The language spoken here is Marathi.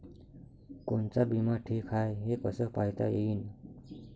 कोनचा बिमा ठीक हाय, हे कस पायता येईन?